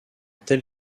tel